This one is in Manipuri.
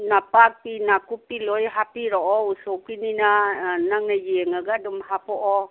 ꯅꯄꯥꯛꯄꯤ ꯅꯥꯀꯨꯛꯄꯤ ꯂꯣꯏ ꯍꯥꯞꯄꯤꯔꯛꯑꯣ ꯎꯁꯣꯞꯀꯤꯅꯤꯅ ꯅꯪꯅ ꯌꯦꯡꯉꯒ ꯑꯗꯨꯝ ꯍꯥꯄꯛꯑꯣ